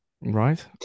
right